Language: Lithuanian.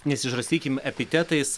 nesižarstykim epitetais